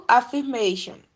affirmation